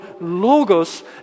logos